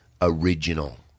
original